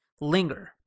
Linger